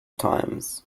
times